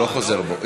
הוא לא חוזר בו.